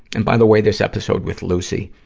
and, by the way, this episode with lucy,